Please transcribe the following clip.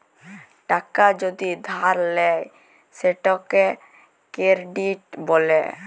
টাকা যদি ধার লেয় সেটকে কেরডিট ব্যলে